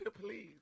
please